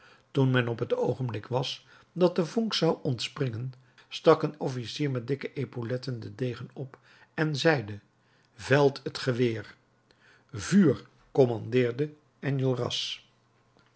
toen men op t oogenblik was dat de vonk zou ontspringen stak een officier met dikke epauletten den degen op en zeide velt t geweer vuur commandeerde